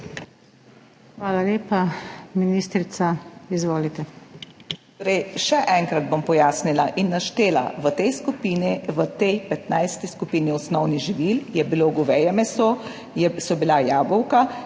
Hvala lepa. Ministrica, izvolite